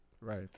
Right